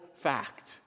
fact